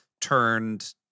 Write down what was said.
turned